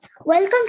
welcome